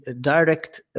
direct